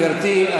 תודה, גברתי.